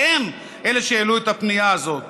והם אלה שהעלו את הפנייה הזו.